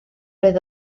oedd